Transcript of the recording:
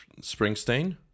Springsteen